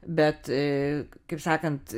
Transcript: bet kaip sakant